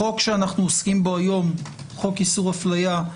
החוק שאנו עוסקים בו היום, חוק איסור אפליה,